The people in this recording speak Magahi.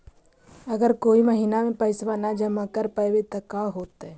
अगर कोई महिना मे पैसबा न जमा कर पईबै त का होतै?